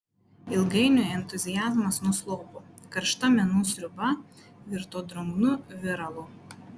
ilgainiui entuziazmas nuslopo karšta menų sriuba virto drungnu viralu